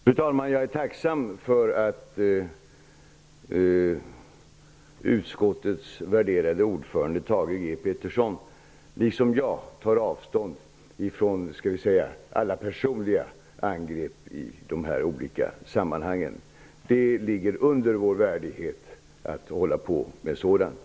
Fru talman! Jag är tacksam för att utskottets värderade ordförande Thage G Peterson liksom jag tar avstånd från alla personliga angrepp i dessa sammanhang. Det ligger under vår värdighet att hålla på med sådant.